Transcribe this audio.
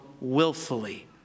willfully